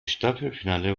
staffelfinale